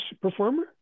performer